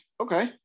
okay